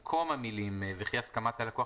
כך: במקום המילים "וכי הסכמת הלקוח